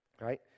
right